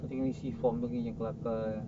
lepas tu kena isi form lagi